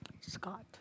Scott